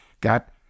got